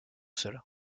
cela